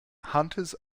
hunters